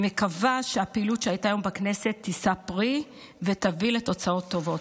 אני מקווה שהפעילות שהייתה היום בכנסת תישא פרי ותביא לתוצאות טובות.